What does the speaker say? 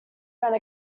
rent